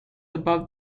above